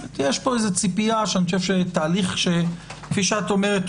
יש פה ציפייה שתהליך שכפי שאת אומרת,